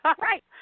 right